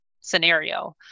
scenario